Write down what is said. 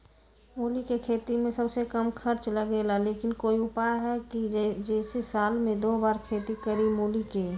मूली के खेती में सबसे कम खर्च लगेला लेकिन कोई उपाय है कि जेसे साल में दो बार खेती करी मूली के?